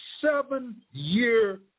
seven-year